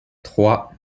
trois